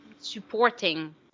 supporting